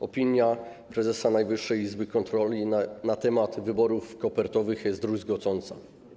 Opinia prezesa Najwyższej Izby Kontroli na temat wyborów kopertowych jest druzgocąca.